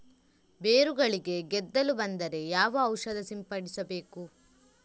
ಬೇರುಗಳಿಗೆ ಗೆದ್ದಲು ಬಂದರೆ ಯಾವ ಔಷಧ ಸಿಂಪಡಿಸಬೇಕು?